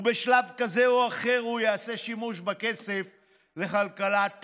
ובשלב כזה או אחר הוא יעשה שימוש בכסף לכלכלת בחירות.